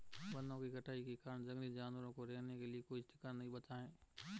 वनों की कटाई के कारण जंगली जानवरों को रहने के लिए कोई ठिकाना नहीं बचा है